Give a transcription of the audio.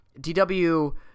DW